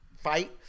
fight